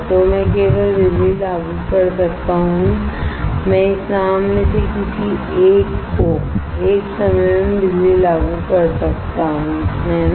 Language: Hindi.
तो मैं केवल बिजली लागू कर सकता हूं मैं इस नाव में से किसी एक को एक समय में बिजली लागू कर सकता हूं है ना